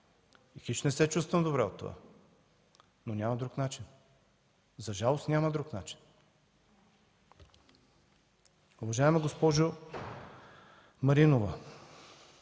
Хич не се чувствам добре от това, но няма друг начин. За жалост, няма друг начин. Уважаема госпожо Маринова,